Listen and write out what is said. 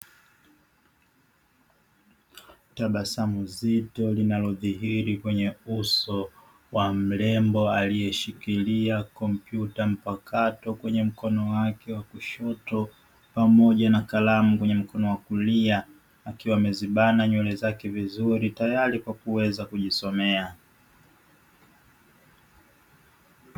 Tabasamu zito linalodhihiri kwenye uso wa mrembo aliyeshikilia kompyuta mpakato kwenye mkono wake wa kushoto pamoja na kalamu kwenye mkono wa kulia, akiwa amezibana nywele zake vizuri tayari kwa kuweza kujisomea.